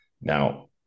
now